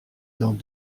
dans